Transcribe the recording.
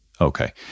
Okay